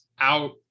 out